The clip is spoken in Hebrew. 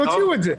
תודה.